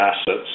assets